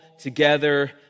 together